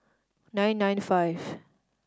nine nine five